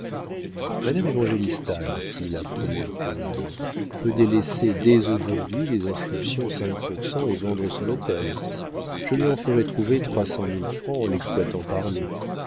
madame évangélista dit-il après une pause peut délaisser dès aujourd'hui les inscriptions cinq pour cent et vendre son hôtel je lui en ferai trouver trois cent mille francs en l'exploitant par lots